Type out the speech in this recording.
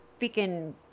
freaking